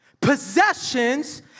Possessions